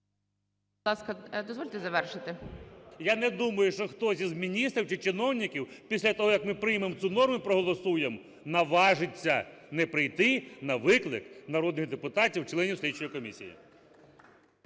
Я не думаю, що хтось із міністрів чи чиновників після того, як ми приймемо цю норму і проголосуємо, наважиться не прийти на виклик народних депутатів, членів слідчої комісії.